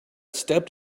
stepped